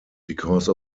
because